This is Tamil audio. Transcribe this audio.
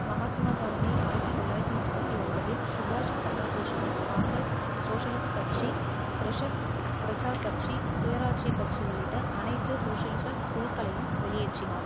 மகாத்மா காந்தி ஆயிரத்தி தொள்ளாயிரத்தி முப்பத்தி ஒன்பதில் சுபாஷ் சந்திரபோஸுடன் காங்கிரஸ் சோசலிஸ்ட் கட்சி கிரிஷக் பிரஜா கட்சி சுயராஜ்யக் கட்சி உள்ளிட்ட அனைத்து சோசலிஸக் குழுக்களையும் வெளியேற்றினார்